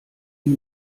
ihn